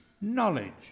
knowledge